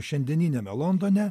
šiandieniniame londone